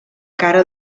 cara